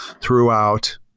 throughout